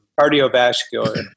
cardiovascular